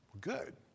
Good